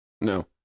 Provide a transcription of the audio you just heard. No